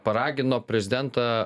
paragino prezidentą